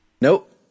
Nope